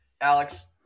Alex